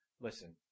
listen